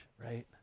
right